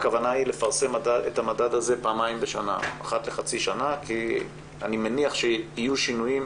הכוונה היא לפרסם את המדד הזה אחת לחצי שנה כי אני מניח שיהיו שינויים